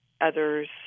others